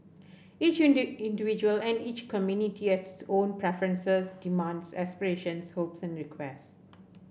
each individual and each community has its own preferences demands aspirations hopes and requests